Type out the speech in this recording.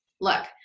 look